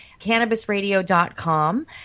CannabisRadio.com